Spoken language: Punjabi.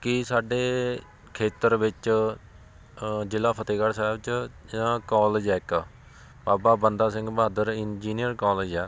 ਕਿ ਸਾਡੇ ਖੇਤਰ ਵਿੱਚ ਜਿਲ੍ਹਾ ਫਤਿਹਗੜ੍ਹ ਸਾਹਿਬ 'ਚ ਕੋਲਜ ਹੈ ਇੱਕ ਬਾਬਾ ਬੰਦਾ ਸਿੰਘ ਬਹਾਦਰ ਇੰਜੀਨੀਅਰ ਕੋਲਜ ਹੈ